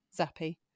Zappy